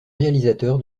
réalisateur